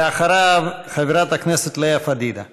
ואחריו, חברת הכנסת לאה פדידה.